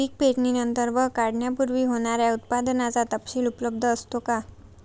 पीक पेरणीनंतर व काढणीपूर्वी होणाऱ्या उत्पादनाचा तपशील उपलब्ध असतो का?